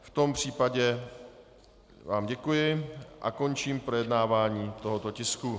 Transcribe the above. V tom případě vám děkuji a končím projednávání tohoto tisku.